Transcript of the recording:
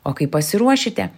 o kai pasiruošite